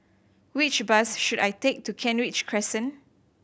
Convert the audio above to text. which bus should I take to Kent Ridge Crescent